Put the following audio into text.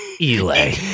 Eli